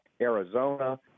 Arizona